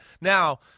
Now